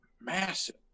massive